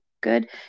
good